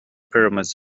pyramids